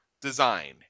Design